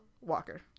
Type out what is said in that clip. Walker